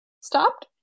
stopped